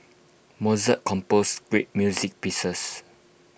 Mozart composed great music pieces